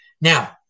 Now